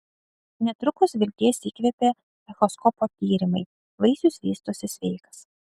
netrukus vilties įkvėpė echoskopo tyrimai vaisius vystosi sveikas